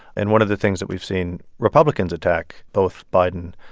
and one of the things that we've seen republicans attack both biden,